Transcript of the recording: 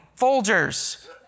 Folgers